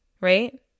Right